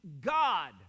God